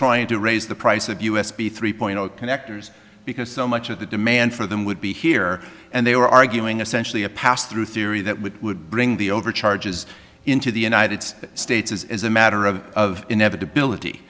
trying to raise the price of u s b three point zero connectors because so much of the demand for them would be here and they were arguing essential to pass through theory that which would bring the overcharges into the united states is a matter of of inevitability